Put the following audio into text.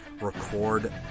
record